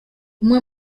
umwe